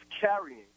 carrying